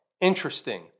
Interesting